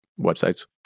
websites